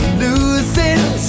losing